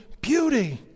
beauty